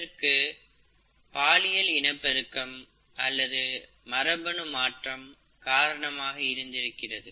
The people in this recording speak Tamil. இதற்கு பாலியல் இனப்பெருக்கம் அல்லது மரபணு மாற்றம் காரணமாக இருந்திருக்கிறது